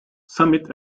summit